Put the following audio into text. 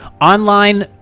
Online